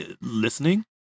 listening